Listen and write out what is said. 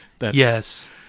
Yes